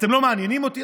אתם לא מעניינים אותי?